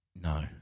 No